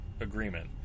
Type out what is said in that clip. agreement